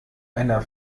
einer